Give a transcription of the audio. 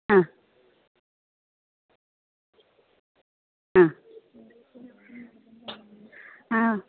ആ ആ ആ